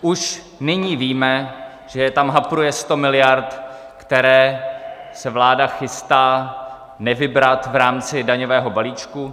Už nyní víme, že tam hapruje 100 miliard, které se vláda chystá nevybrat v rámci daňového balíčku.